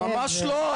ממש לא.